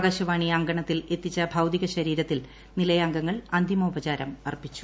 ആകാശവാണി അങ്കണത്തിൽ എത്തിച്ചു ഭൌതിക ശരീരത്തിൽ നിലയാംഗങ്ങൾ അന്തിമോപചാരം അർപ്പിച്ചു